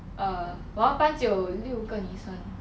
err 我们班只有六个女生